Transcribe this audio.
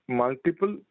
multiple